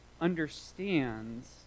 understands